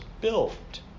built